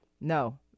No